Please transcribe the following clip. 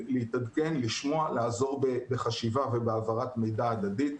להתעדכן, לשמוע, לעזור בחשיבה ובהעברת מידע הדדית.